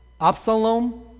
Absalom